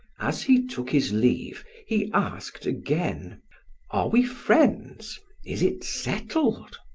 as he took his leave, he asked again are we friends is it settled?